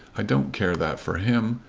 i don't care that for him.